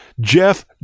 Jeff